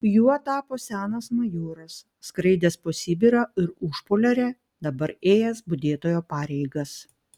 juo tapo senas majoras skraidęs po sibirą ir užpoliarę dabar ėjęs budėtojo pareigas